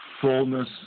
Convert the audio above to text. fullness